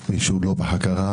מישהו לא בהכרה,